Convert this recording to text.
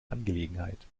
angelegenheit